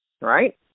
right